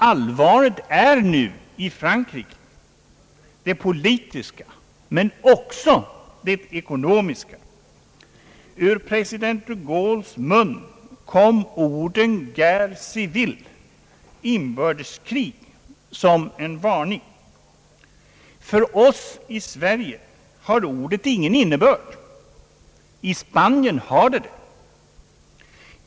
Allvaret är nu i Frankrike, det politiska och även det ekonomiska. Ur president de Gaulles mun kom orden »guerre civile» — inbördeskrig — som en varning. För oss i Sverige har de orden ingen innebörd. I Spanien har de det.